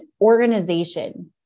organization